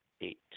eight